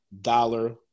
dollar